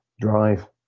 drive